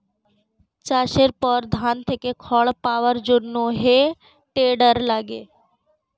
চাষের পর ধান থেকে খড় পাওয়ার জন্যে হে টেডার লাগে